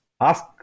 ask